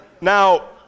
Now